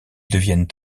deviennent